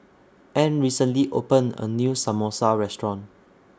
Ann recently opened A New Samosa Restaurant